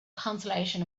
consolation